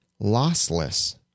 lossless